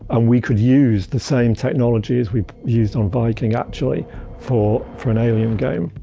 and we could use the same technology as we used on viking, actually for for an alien game.